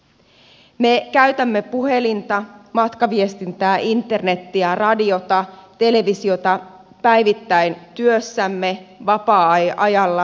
me käytämme puhelinta matkaviestintää internetiä radiota televisiota päivittäin työssämme vapaa ajalla